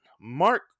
Mark